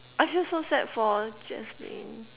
I feel so sad for Jasmine